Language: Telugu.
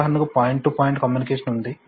ఉదాహరణకు పాయింట్ టు పాయింట్ కమ్యూనికేషన్ ఉంది